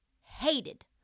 hated